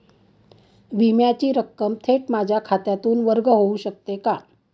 विम्याची रक्कम थेट माझ्या खात्यातून वर्ग होऊ शकते का?